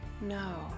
no